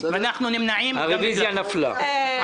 הרוויזיה נפלה.